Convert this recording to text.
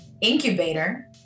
incubator